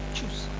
Choose